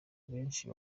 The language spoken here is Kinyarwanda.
benshi